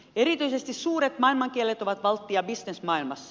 erityisesti suuret maailmankielet ovat valttia bisnesmaailmassa